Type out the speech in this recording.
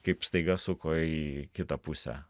kaip staiga suko į kitą pusę